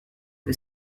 que